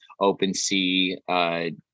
OpenSea